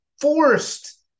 forced